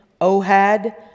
Ohad